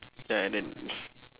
ya and then